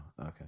okay